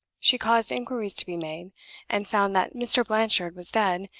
she caused inquiries to be made and found that mr. blanchard was dead,